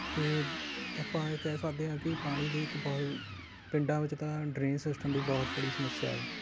ਅਤੇ ਆਪਾਂ ਇਹ ਕਹਿ ਸਕਦੇ ਹਾਂ ਕਿ ਪਾਣੀ ਦੀ ਇੱਕ ਬਹ ਪਿੰਡਾਂ ਵਿੱਚ ਤਾਂ ਡਰੇਨ ਸਿਸਟਮ ਦੀ ਬਹੁਤ ਬੜੀ ਸਮੱਸਿਆ ਹੈ